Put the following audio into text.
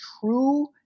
true